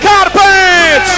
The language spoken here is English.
Carpet